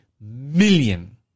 million